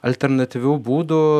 alternatyvių būdų